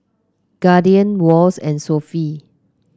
Guardian Wall's and Sofy